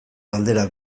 galdera